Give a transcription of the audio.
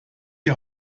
die